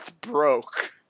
broke